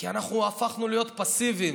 כי אנחנו הפכנו להיות פסיביים.